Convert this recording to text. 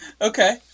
Okay